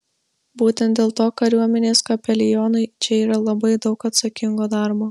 būtent dėl to kariuomenės kapelionui čia yra labai daug atsakingo darbo